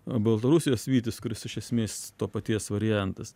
baltarusijos vytis kuris iš esmės to paties variantas